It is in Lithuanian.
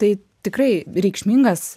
tai tikrai reikšmingas